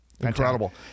Incredible